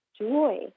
joy